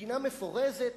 מדינה מפורזת,